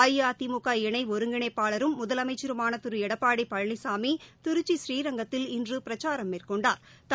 அஇஇஅதிமுக இணை ஒருங்கிணைப்பாளரும் முதலமைச்சருமான திரு எடப்பாடி பழனிசாமி திருச்சி ஸ்ரீரங்கத்தில் இன்று பிரச்சாரம் மேற்கொண்டாா்